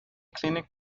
clinic